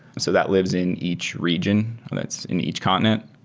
so that lives in each region that's in each continent.